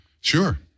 Sure